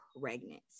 pregnant